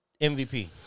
MVP